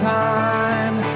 time